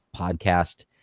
podcast